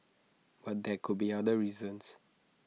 but there could be other reasons